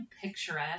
picturesque